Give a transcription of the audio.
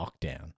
lockdown